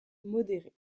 modérée